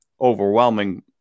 overwhelming